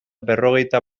berrogeita